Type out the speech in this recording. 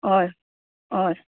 हय हय